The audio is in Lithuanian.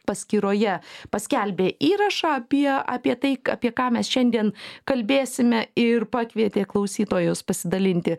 paskyroje paskelbė įrašą apie apie tai apie ką mes šiandien kalbėsime ir pakvietė klausytojus pasidalinti